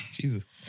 Jesus